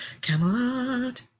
Camelot